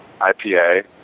IPA